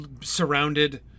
surrounded